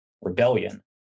rebellion